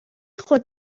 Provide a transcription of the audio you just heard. خود